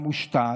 המושתל,